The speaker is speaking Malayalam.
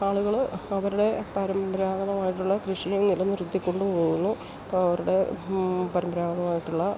ആളുകൾ അവരുടെ പരമ്പരാഗതമായിട്ടുള്ള കൃഷിയെ നിലനിർത്തിക്കൊണ്ടു പോകുന്നു അവരുടെ പരമ്പരാഗതമായിട്ടുള്ള